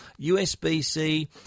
USB-C